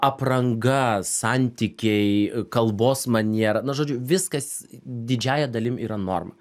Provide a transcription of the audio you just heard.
apranga santykiai kalbos maniera na žodžiu viskas didžiąja dalim yra norma